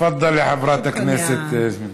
תפדלי, חברת הכנסת.